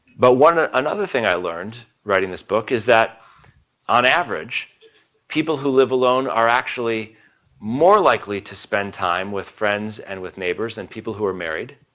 but ah another thing i learned, writing this book, is that on average people who live alone are actually more likely to spend time with friends and with neighbors than people who are married.